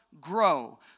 grow